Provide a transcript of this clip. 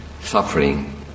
suffering